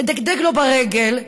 מדגדג לו ברגל,